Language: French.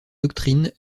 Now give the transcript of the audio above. doctrines